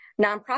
nonprofit